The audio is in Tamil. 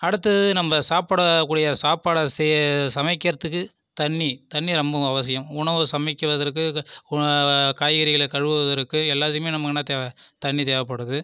அடுத்து நம்ம சாப்பிட கூடிய சாப்பாடை செய்ய சமைக்கிறதுக்கு தண்ணி தண்ணி ரொம்ப அவசியம் உணவு சமைக்குறதற்கு காய்கறிகளை கழுவுவதற்கு எல்லோத்துக்குமே நமக்கு என்ன தேவை தண்ணி தேவைப்படுது